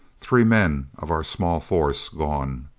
three men of our small force gone!